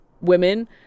women